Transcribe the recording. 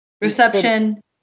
reception